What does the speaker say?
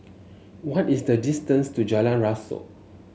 what is the distance to Jalan Rasok